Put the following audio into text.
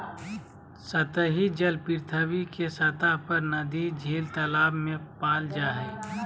सतही जल पृथ्वी के सतह पर नदी, झील, तालाब में पाल जा हइ